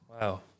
wow